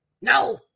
No